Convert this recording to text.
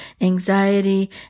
anxiety